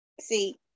see